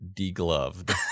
degloved